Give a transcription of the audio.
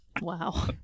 Wow